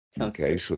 Okay